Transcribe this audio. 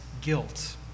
guilt